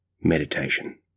meditation